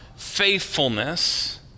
faithfulness